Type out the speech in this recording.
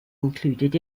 included